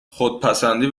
خودپسندی